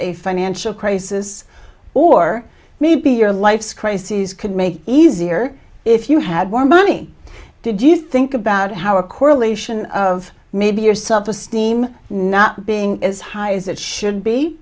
a financial crisis or maybe your life's crises could make easier if you had more money did you think about how a correlation of maybe your self esteem not being as high as it should be